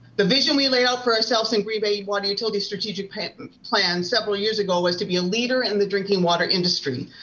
the vision we laid out for ourselves in green bay water utility strategic plan and plan several years ago was to be a leader in the drinking water industry.